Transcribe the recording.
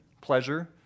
pleasure